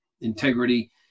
integrity